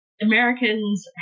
Americans